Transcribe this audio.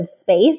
space